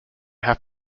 have